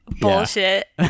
bullshit